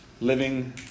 Living